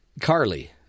Carly